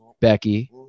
Becky